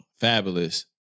Fabulous